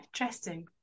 Interesting